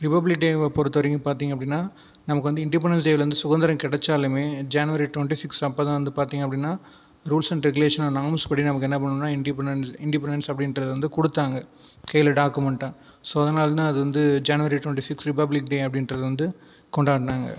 republic டேவை பொறுத்தவரைக்கும் பார்த்தீங்க அப்படினா நமக்கு வந்து இண்டிபெண்டன்ட்ஸ் டேவுலேருந்து சுதந்திரம் கிடைத்தாலுமே ஜன்வரி டொன்ட்டி சிக்ஸ் அப்போ தான் வந்து பார்த்தீங்க அப்படினா ரூல்ஸ் அண்ட் ரெகுலேஷன் அனவுன்ஸ்படி நமக்கு என்ன பண்ணணும்னா இண்டிபண்டென்ஸ் இண்டிபண்டென்ஸ் அப்படின்றது கொடுத்தாங்க கையில் டாக்குமெண்ட்டாக ஸோ அதனால் தான் அது வந்து January twenty six republic day அப்படிங்கிறது வந்து கொண்டாடினாங்க